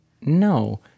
no